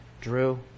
Drew